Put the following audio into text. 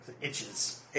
itches